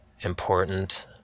important